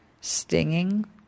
stinging